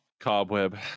Cobweb